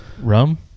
Rum